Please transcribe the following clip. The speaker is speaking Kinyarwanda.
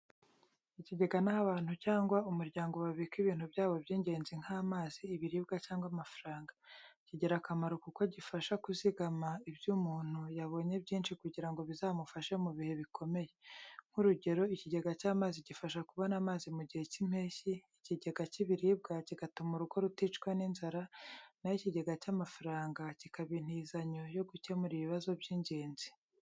Ikigega ni aho abantu cyangwa umuryango babika ibintu byabo by’ingenzi, nk’amazi, ibiribwa cyangwa amafaranga. Kigira akamaro kuko gifasha kuzigama ibyo umuntu yabonye byinshi kugira ngo bizamufashe mu bihe bikomeye. Nk’urugero, ikigega cy’amazi gifasha kubona amazi mu gihe cy’impeshyi, ikigega cy’ibiribwa kigatuma urugo ruticwa n’inzara, na ho ikigega cy’amafaranga kikaba intizanyo yo gukemura ibibazo by’ingenzi.